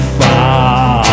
far